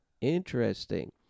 Interesting